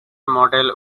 model